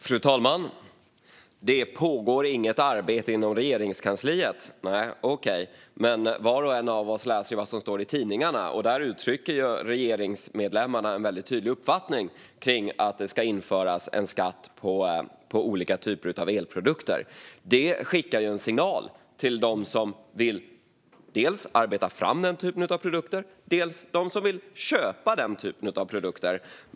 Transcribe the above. Fru talman! Det pågår inget arbete inom Regeringskansliet. Okej, men var och en av oss läser det som står i tidningarna, och där uttrycker regeringsmedlemmarna en tydlig uppfattning kring att det ska införas en skatt på olika typer av elprodukter. Detta skickar en signal dels till dem som vill arbeta fram den typen av produkter, dels till dem som vill köpa den typen av produkter.